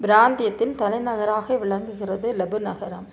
பிராந்தியத்தின் தலைநகராக விளங்குகிறது லெபு நகரம்